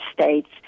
States